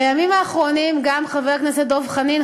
בימים האחרונים חבר הכנסת דב חנין,